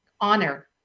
honor